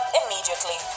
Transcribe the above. immediately